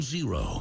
Zero